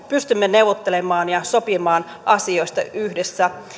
pystymme neuvottelemaan ja sopimaan asioista yhdessä